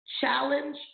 challenge